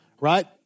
right